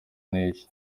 n’iki